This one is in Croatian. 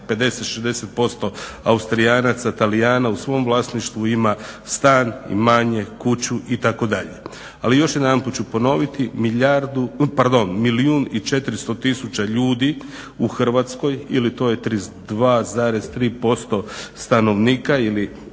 50, 60% Austrijanaca, Talijana u svom vlasništvu ima stan, imanje, kuću i tako dalje. Ali još jedan put ću ponoviti, pardon, 1.400,000 ljudi u Hrvatskoj ili to je 32,3% stanovnika ili